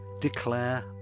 declare